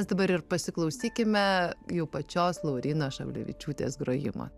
mes dabar ir pasiklausykime jau pačios laurynos šablevičiūtės grojimo